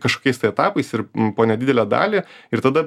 kažkokiais tai etapais ir po nedidelę dalį ir tada